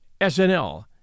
SNL